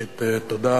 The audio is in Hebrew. ראשית תודה